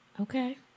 Okay